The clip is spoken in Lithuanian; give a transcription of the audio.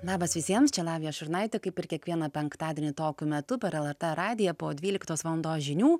labas visiems čia lavija šurnaitė kaip ir kiekvieną penktadienį tokiu metu per lrt radiją po dvyliktos valandos žinių